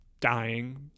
dying